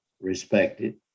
respected